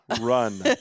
run